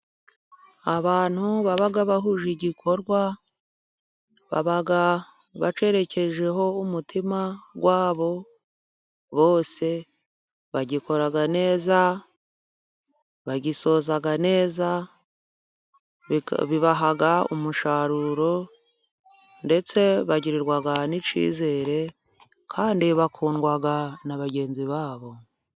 Abantu baba bahuje igikorwa baba bakerekejeho umutima wabo bose, bagikora neza bagisoza neza bibaha umusaruro ndetse bagirirwa nikizere kandi bakundwa na bagenzi babo.